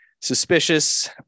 suspicious